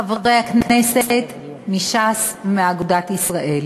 חברי הכנסת מש"ס ואגודת ישראל,